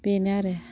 बेनो आरो